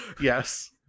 Yes